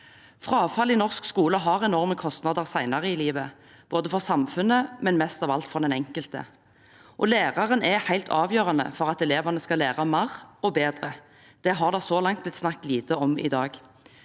Frafall i norsk skole har enorme kostnader senere i livet, både for samfunnet og – mest av alt – for den enkelte. Læreren er helt avgjørende for at elevene skal lære mer og bedre. Det er det så langt blitt sagt lite om i dag.